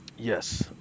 Yes